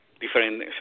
different